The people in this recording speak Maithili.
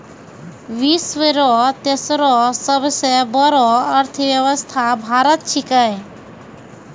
विश्व रो तेसरो सबसे बड़ो अर्थव्यवस्था भारत छिकै